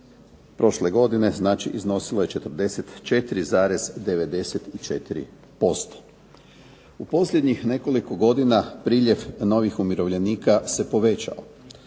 prošle godine znači iznosilo je 44,94%. U posljednjih nekoliko godina priljev novih umirovljenika se povećao,